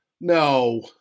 No